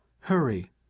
Hurry